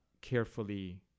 carefully